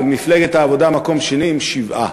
ומפלגת העבודה במקום שני עם שבעה.